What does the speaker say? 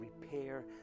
repair